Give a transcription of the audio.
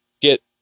get